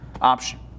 option